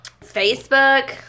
Facebook